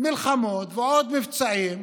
מלחמות ועוד מבצעים